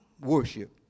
worship